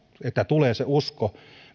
että tulee se usko